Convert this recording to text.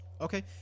Okay